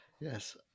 Yes